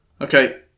Okay